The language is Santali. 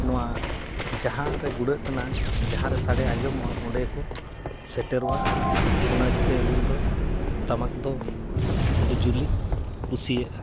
ᱱᱚᱣᱟ ᱡᱟᱦᱟᱸ ᱨᱮ ᱜᱩᱰᱟᱹᱜ ᱠᱟᱱᱟ ᱡᱟᱦᱟᱸᱨᱮ ᱥᱟᱰᱮ ᱟᱸᱡᱚᱢᱚᱜᱼᱟ ᱚᱸᱰᱮ ᱠᱚ ᱥᱮᱴᱮᱨᱚᱜᱼᱟ ᱚᱱᱟ ᱤᱫᱤ ᱛᱮ ᱟᱹᱞᱤᱧ ᱫᱚ ᱴᱟᱢᱟᱠ ᱫᱚ ᱟᱹᱰᱤ ᱡᱳᱨ ᱞᱤᱧ ᱠᱩᱥᱤᱭᱟᱜᱼᱟ